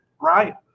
Right